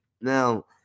Now